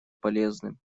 полезным